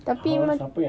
tapi mac~